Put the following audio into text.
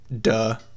Duh